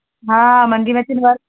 हा मंडी